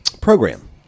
program